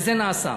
וזה נעשה.